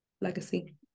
legacy